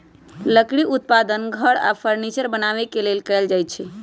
लकड़ी उत्पादन घर आऽ फर्नीचर बनाबे के लेल कएल जाइ छइ